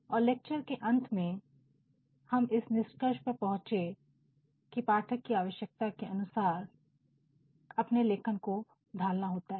और लेक्चर के अंत में हम इस निष्कर्ष पर पहुंचे कि पाठक की आवश्यकता के अनुसार अपने लेखन को ढालना होता है